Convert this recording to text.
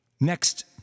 Next